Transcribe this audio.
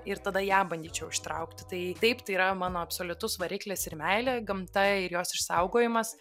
ir tada ją bandyčiau ištraukti tai taip tai yra mano absoliutus variklis ir meilė gamta ir jos išsaugojimas